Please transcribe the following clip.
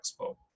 Expo